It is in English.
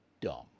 dumb